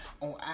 On